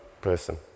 person